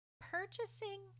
purchasing